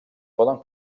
poden